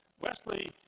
Wesley